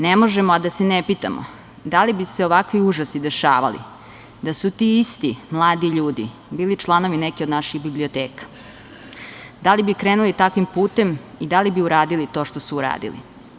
Ne možemo a da se ne pitamo da li bi se ovakvi užasi dešavali da su ti isti mladi ljudi bili članovi neke od naših biblioteka, da li bi krenuli takvim putem i da li bi uradili to što su uradili?